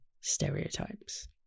stereotypes